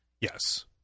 Yes